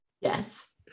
Yes